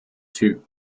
too